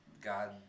God